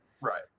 Right